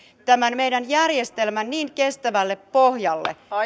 tämän meidän järjestelmän niin kestävälle pohjalle